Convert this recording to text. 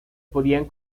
podían